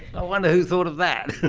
i wonder who thought of that.